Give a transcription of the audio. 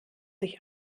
sich